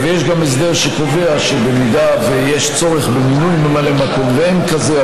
ויש גם הסדר שקובע שאם יש צורך במינוי ממלא מקום אבל אין כזה,